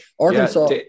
Arkansas –